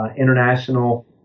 international